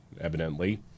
evidently